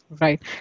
Right